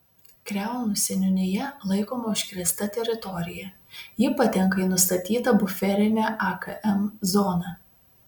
kriaunų seniūnija laikoma užkrėsta teritorija ji patenka į nustatytą buferinę akm zoną